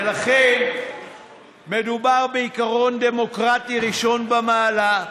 ולכן מדובר בעיקרון דמוקרטי ראשון במעלה.